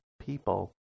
people